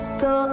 go